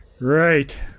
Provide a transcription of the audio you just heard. Right